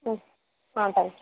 ம் ah thank you